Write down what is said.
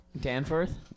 Danforth